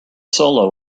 solo